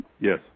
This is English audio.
Yes